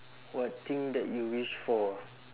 what thing that you wish for ah